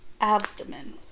abdomen